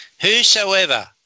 Whosoever